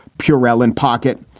pure relin pocket.